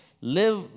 live